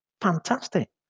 fantastic